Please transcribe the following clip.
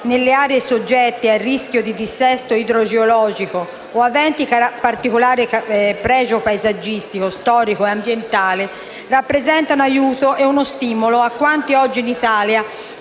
nelle aree soggette a rischio di dissesto idrogeologico o aventi particolare pregio paesaggistico, storico e ambientale, rappresenta un aiuto e uno stimolo a quanti oggi in Italia